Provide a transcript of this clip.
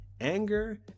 Anger